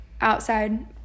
outside